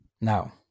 Now